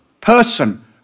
person